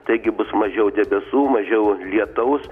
taigi bus mažiau debesų mažiau lietaus